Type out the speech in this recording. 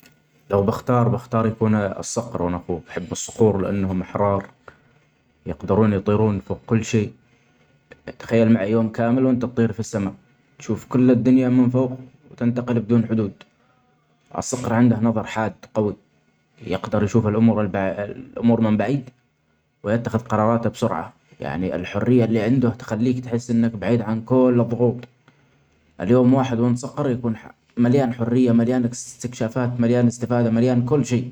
لو بختاربختار يكون الصقر بحب الصقور لأنهم أحرار يقدرون يطيرون فوق كل شئ ، تخيل معي يوم كامل وأنت تطير في السما تشوف كل الدنيا من فوق وتنتقل بدون حدود الصقر عنده نظر حاد قوي يقدر يشوف الأمور الب- الأمور من بعيد ويتخذ قراراتة بسرعة ، يعني الحرية اللي عندة تخليك تحس أنك بعيد عن كووووول الظغوط ، اليوم واحد من الصقر يكون ح-مليان حرية ،مليان إستكشافات مليان إستفادة، مليا كل شئ.